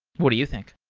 what do you think?